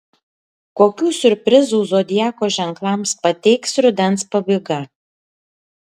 kokių siurprizų zodiako ženklams pateiks rudens pabaiga